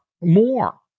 More